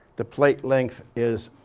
the plate length is